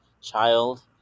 child